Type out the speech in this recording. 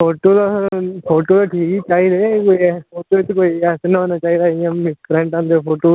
photo तां photo ते ठीक ही चाहिदे कोई फोटो च कोई ऐसे नी होना चाहिदे इयां मिसप्रिंट होंदे फोटो